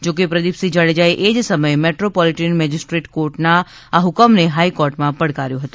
જોકે પ્રદીપસિંહ જાડેજાએ એજ સમયે મેટ્રોપોલિટીન મેજિસ્ટ્રેટ કોર્ટના આ હ્કમને હાઇકોર્ટમાં પડકાર્યો હતો